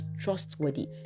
trustworthy